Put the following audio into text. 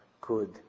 good